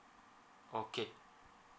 okay